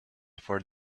for